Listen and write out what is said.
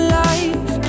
life